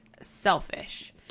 selfish